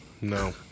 No